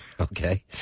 okay